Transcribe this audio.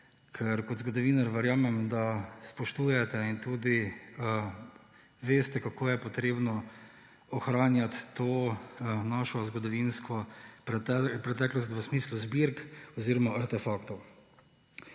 ker kot zgodovinar verjamem, da spoštujete in tudi veste, kako je potrebno ohranjati to našo zgodovinsko preteklost v smislu zbirk oziroma artefaktov.